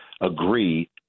agree –